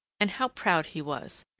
and how proud he was!